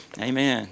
Amen